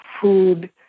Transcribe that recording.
food